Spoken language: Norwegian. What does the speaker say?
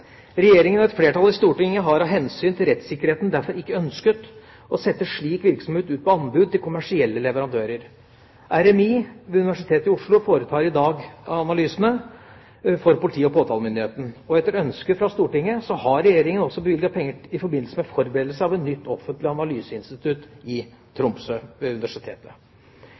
og et flertall i Stortinget har av hensyn til rettssikkerheten derfor ikke ønsket å sette slik virksomhet ut på anbud til kommersielle leverandører. Rettsmedisinsk institutt – RMI – ved Universitetet i Oslo foretar i dag analysene for politiet og påtalemyndigheten. Etter ønske fra Stortinget har Regjeringa også bevilget penger i forbindelse med forberedelse av et nytt offentlig analyseinstitutt ved Universitetet i Tromsø.